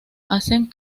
hacen